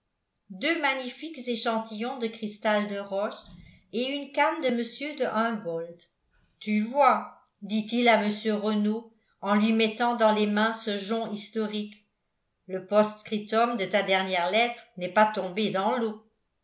deux magnifiques échantillons de cristal de roche et une canne de mr de humboldt tu vois dit-il à mr renault en lui mettant dans les mains ce jonc historique le post-scriptum de ta dernière lettre n'est pas tombé dans l'eau